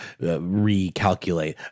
recalculate